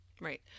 Right